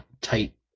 tight